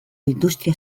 industria